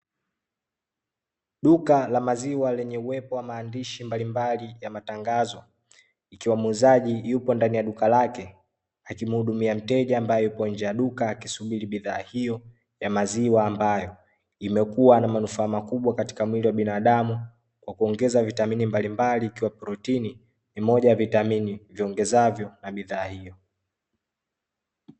Duka la maziwa lenye uwepo wa maandishi mbalimbali ya matangazo, ikiwa muuzaji yuko ndani ya duka lake akimuhudumia mteja ambaye yuko nje ya duka akisubiri bidhaa hiyo ya maziwa, ambayo imekuwa na manuufaa makubwa katika mwili wa binadamu, kwa kuongeza vitamini mbalimbali, ikiwa protini ni moja ya vitamini viongezwavyo na bidhaa hiyo.